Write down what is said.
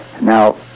now